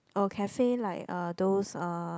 or cafe like uh those uh